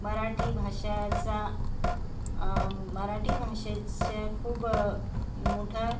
मराठी भाषाचा मराठी भाषेच्या खूप मोठा